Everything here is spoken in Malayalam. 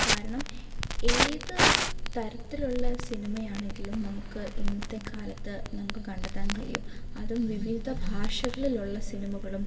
കാരണം ഏത് തരത്തിലുള്ള സിനിമയാണെങ്കിലും നമുക്ക് ഇന്നത്തെ കാലത്ത് നമുക്ക് കണ്ടെത്താൻ കഴിയും അതും വിവിധ ഭാഷകളിലുള്ള സിനിമകളും